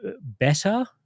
better